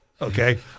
okay